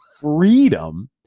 freedom